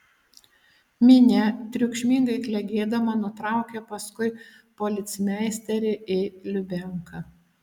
minia triukšmingai klegėdama nutraukė paskui policmeisterį į lubianką